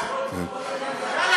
נפתח שמפניה כולם.